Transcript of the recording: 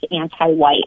anti-white